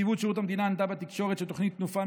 נציבות שירות המדינה ענתה בתקשורת שתוכנית "תנופה"